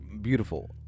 beautiful